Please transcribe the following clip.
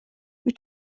wyt